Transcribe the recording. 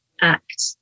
act